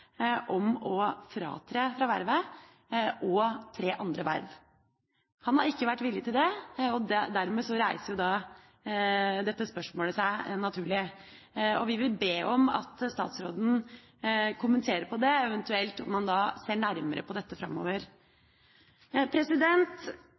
om å fratre sitt verv og tre andre verv. Han har ikke vært villig til det, og dermed reiser dette spørsmålet seg naturlig. Vi vil be om at statsråden kommenterer det, eventuelt at man ser nærmere på dette framover.